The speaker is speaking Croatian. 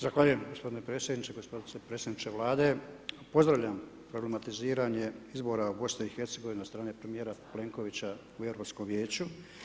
Zahvaljujem gospodine predsjedniče, gospodine predsjedniče Vlade, pozdravljam problematiziranje izbora u BiH od strane premijera Plenkovića u Europskom vijeću.